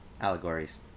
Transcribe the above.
allegories